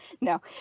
no